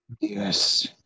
yes